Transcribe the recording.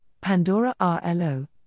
Pandora-RLO